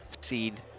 seed